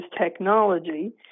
technology